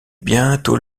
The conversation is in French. bientôt